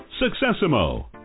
Successimo